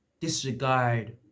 disregard